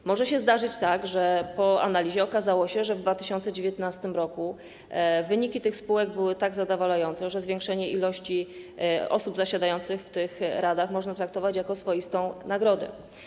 A może być tak, że po analizie okazało się, że w 2019 r. wyniki tych spółek były tak zadowalające, że zwiększenie liczby osób zasiadających w tych radach można traktować jako swoistą nagrodę.